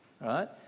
right